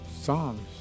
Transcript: Psalms